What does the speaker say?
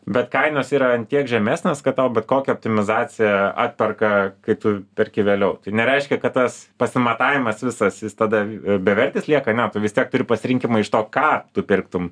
bet kainos yra ant tiek žemesnės kad tau bet kokia optimizaciją atperka kai tu perki vėliau tai nereiškia kad tas pasimatavimas visas jis tada bevertis lieka ne tu vis tiek turi pasirinkimą iš to ką tu pirktum